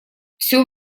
всё